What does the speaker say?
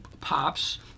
pops